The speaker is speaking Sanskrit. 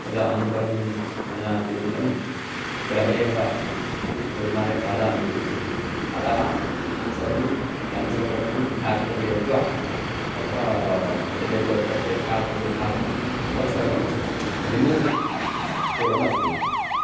तद् अनन्तरं मया चिन्तितं गृहे एव निर्माय खादामि इति अतः तत्सर्वं केन्सल् कर्तुम् एप् प्रति गत्वा तत्र यद्यद् पर्चेस् कार्ट् प्रति स्थापितं तत्सर्वं रिमू कुर्वन्नस्मि